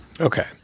Okay